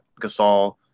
Gasol